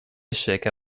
échecs